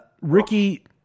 Ricky